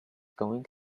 going